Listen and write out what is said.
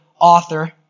author